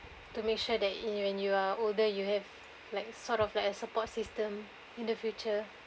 to make sure that you when you are older you have like sort of like a support system in the future